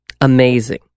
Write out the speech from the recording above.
Amazing